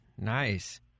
Nice